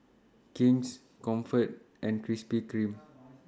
King's Comfort and Krispy Kreme